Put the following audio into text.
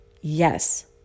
Yes